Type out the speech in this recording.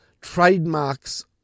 trademarks